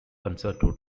concerto